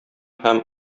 һәм